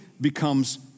becomes